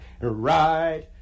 Right